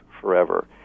forever